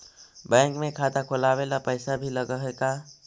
Bank में खाता खोलाबे ल पैसा भी लग है का?